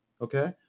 Okay